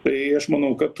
tai aš manau kad